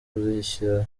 kuzishyira